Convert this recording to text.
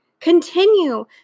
Continue